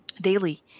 daily